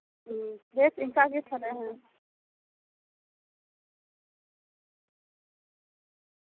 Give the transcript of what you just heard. ᱵᱩᱸ ᱵᱮᱥ ᱤᱱᱠᱟ ᱜᱮ ᱛᱟᱞᱦᱮ ᱦᱮᱸ